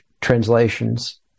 translations